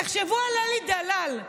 תחשבו על אלי דלל,